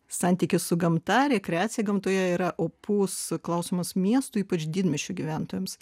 santykis su gamta rekreacija gamtoje yra opus klausimas miestui ypač didmiesčių gyventojams